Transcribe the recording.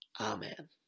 Amen